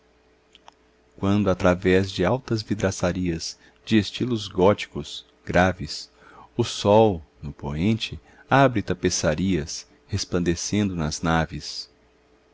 quando através de altas vidraçarias de estilos góticos graves o sol no poente abre tapeçarias resplandecendo nas naves